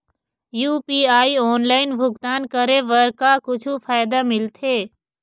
UPI online भुगतान करे बर का कुछू फायदा मिलथे?